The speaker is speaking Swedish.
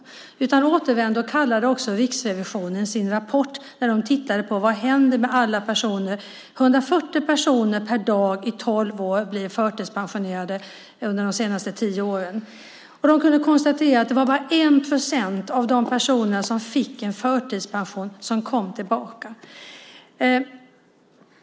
Förtidspension utan återvändo kallade också Riksrevisionen sin rapport där de tittade på vad som händer med alla personer. 140 personer per dag blev förtidspensionerade under de senaste tio åren. Man kunde konstatera att det var bara 1 procent av de personer som fick förtidspension som kom tillbaka.